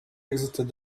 exited